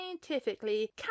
scientifically